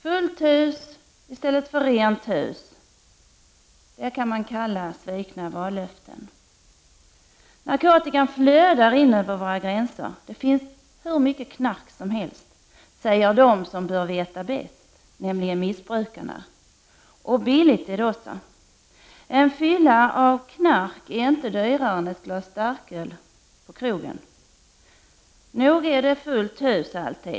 Fullt hus i stället för rent hus, det kan man kalla svikna vallöften. Narkotikan flödar in över våra gränser. Det finns hur mycket knark som helst, säger de som bör veta bäst, nämligen missbrukarna. Och det är billigt också. En fylla på knark på är inte dyrare än ett glas starköl på krogen. Nog är det fullt hus alltid.